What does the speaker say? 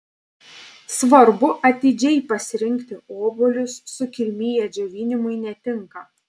svarbu atidžiai pasirinkti obuolius sukirmiję džiovinimui netinka